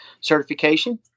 certification